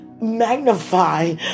magnify